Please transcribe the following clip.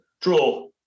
Draw